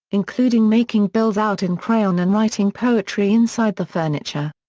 including making bills out in crayon and writing poetry inside the furniture.